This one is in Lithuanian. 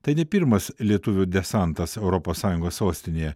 tai ne pirmas lietuvių desantas europos sąjungos sostinėje